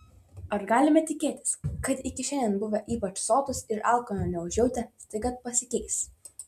ar galime tikėtis kad iki šiandien buvę ypač sotūs ir alkano neužjautę staiga pasikeis